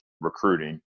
recruiting